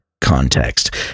context